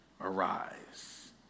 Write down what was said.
arise